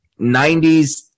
90s